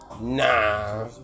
Nah